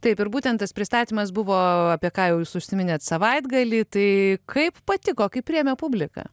taip ir būtent tas pristatymas buvo apie ką jūs užsiminėt savaitgalį tai kaip patiko kaip priėmė publika